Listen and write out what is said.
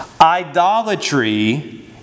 Idolatry